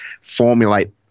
formulate